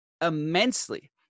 immensely